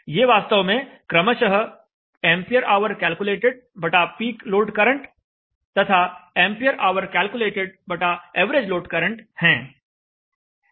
ये वास्तव में क्रमशः एंपियर ऑवर केलकुलेटेड बटा पीक लोड करंट तथा एंपियर ऑवर कैलकुलेटेड बटा एवरेज लोड करंट हैं